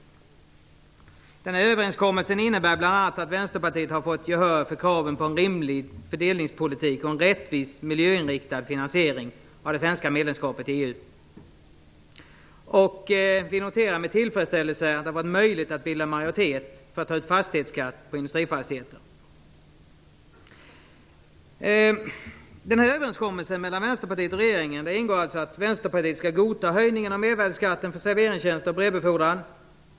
Denna överenskommelse innebär bl.a. att Vänsterpartiet har fått gehör för kraven på en rimlig fördelningspolitik och en rättvis, miljöinriktad finansiering av det svenska medlemskapet i EU. Vi noterar med tillfredsställelse att det har varit möjligt att bilda majoritet för att ta ut fastighetsskatt på industrifastigheter. I överenskommelsen mellan Vänsterpartiet och regeringen ingår att Vänsterpartiet skall godta höjningen av mervärdesskatten för serveringstjänster och brevbefordran.